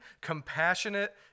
compassionate